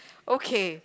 okay